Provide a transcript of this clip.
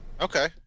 Okay